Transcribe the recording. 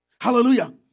Hallelujah